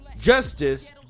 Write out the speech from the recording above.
justice